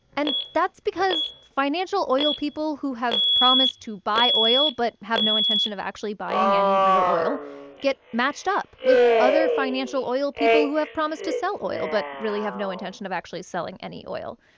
and that's because financial oil people who have promised to buy oil but have no intention of actually buying any real oil get matched up with other financial oil people who have promised to sell oil but really have no intention of actually selling any oil.